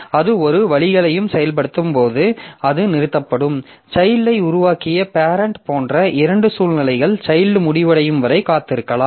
அது இரு வழிகளையும் செயல்படுத்தும்போது அது நிறுத்தப்படும் சைல்ட்யை உருவாக்கிய பேரெண்ட் போன்ற இரண்டு சூழ்நிலைகள் சைல்ட் முடிவடையும் வரை காத்திருக்கலாம்